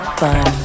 fun